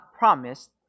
promised